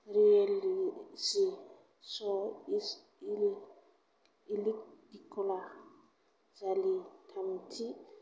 reality show इलिक दिकलाजानि थामथि